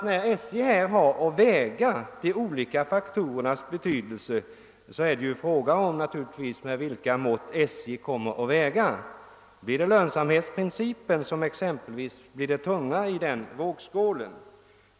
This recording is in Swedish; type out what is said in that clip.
När SJ har att väga de olika faktorernas betydelse mot varandra är det naturligtvis betydelsefullt vilka mått SJ här kommer att använda. Blir det exempelvis lönsamhetsprincipen som kommer att väga tyngst i vågskålen?